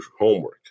homework